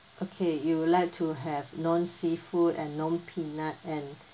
okay you would like to have non seafood and non peanut and